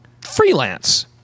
Freelance